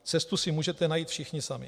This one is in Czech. Cestu si můžete najít všichni sami.